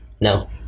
No